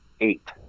eight